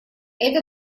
это